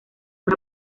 una